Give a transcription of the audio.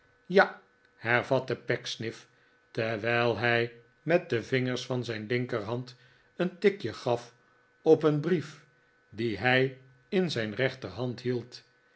ja hervatte pecksniff terwijl hij met de vingers van zijn linkerhand een tikje gaf op een brief dien hij in zijn rechterhand hield